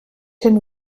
hin